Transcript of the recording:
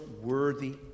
worthy